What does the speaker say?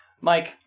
Mike